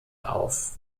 auf